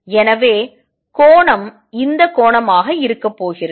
எனவே கோணம் இந்த கோணமாக இருக்கப்போகிறது